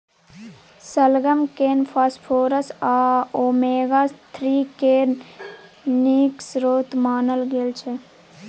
शलगम केँ फास्फोरस आ ओमेगा थ्री केर नीक स्रोत मानल गेल छै